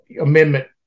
amendment